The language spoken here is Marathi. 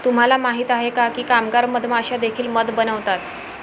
तुम्हाला माहित आहे का की कामगार मधमाश्या देखील मध बनवतात?